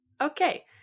Okay